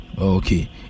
Okay